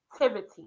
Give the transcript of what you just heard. activity